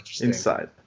inside